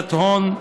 הלבנת הון,